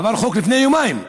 עבר חוק לפני יומיים,